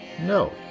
No